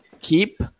keep